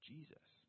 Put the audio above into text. Jesus